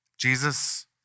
Jesus